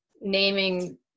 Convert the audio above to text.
Naming